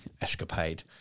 escapade